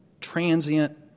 transient